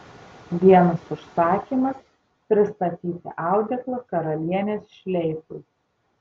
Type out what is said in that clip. vienas užsakymas pristatyti audeklą karalienės šleifui